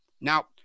Now